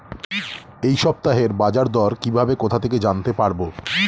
এই সপ্তাহের বাজারদর কিভাবে কোথা থেকে জানতে পারবো?